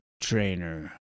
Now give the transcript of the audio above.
trainer